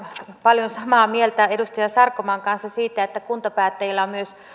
paljon samaa mieltä edustaja sarkomaan kanssa siitä että kuntapäättäjillä on myös